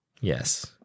Yes